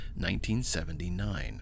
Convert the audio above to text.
1979